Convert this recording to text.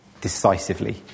Decisively